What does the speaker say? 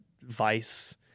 vice